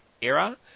era